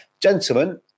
Gentlemen